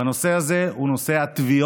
והנושא הזה הוא הטביעות